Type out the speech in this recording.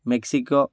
Mexico